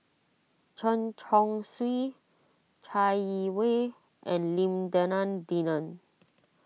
Chen Chong Swee Chai Yee Wei and Lim Denan Denon